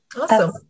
Awesome